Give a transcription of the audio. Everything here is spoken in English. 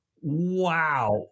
Wow